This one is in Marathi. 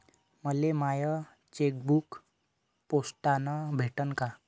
मले माय चेकबुक पोस्टानं भेटल